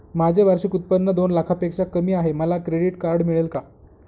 माझे वार्षिक उत्त्पन्न दोन लाखांपेक्षा कमी आहे, मला क्रेडिट कार्ड मिळेल का?